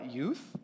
youth